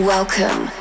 Welcome